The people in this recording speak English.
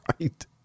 Right